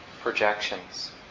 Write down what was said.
projections